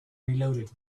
reloaded